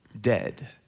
dead